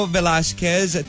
Velasquez